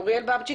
אוריאל בבצ'יק,